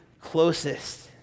closest